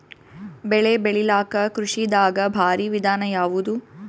ಬೆಳೆ ಬೆಳಿಲಾಕ ಕೃಷಿ ದಾಗ ಭಾರಿ ವಿಧಾನ ಯಾವುದು?